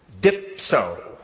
dipso